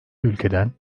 ülkeden